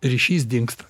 ryšys dingsta